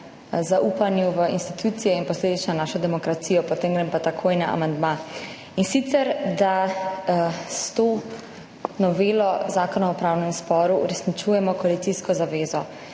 zaupanju v institucije in posledično našo demokracijo, potem grem pa takoj na amandma. In sicer da s to novelo Zakona o upravnem sporu uresničujemo koalicijsko zavezo.